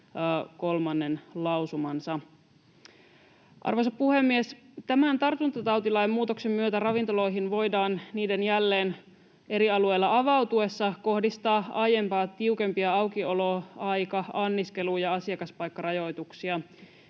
kolmannen lausumansa. Arvoisa puhemies! Tämän tartuntatautilain muutoksen myötä ravintoloihin voidaan niiden jälleen eri alueilla avautuessa kohdistaa aiempaa tiukempia aukioloaika‑, anniskelu‑ ja asiakaspaikkarajoituksia.